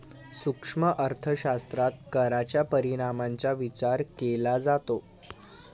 सूक्ष्म अर्थशास्त्रात कराच्या परिणामांचा विचार केला जातो